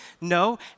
No